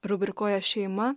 rubrikoje šeima